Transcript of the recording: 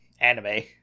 anime